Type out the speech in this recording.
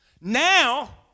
Now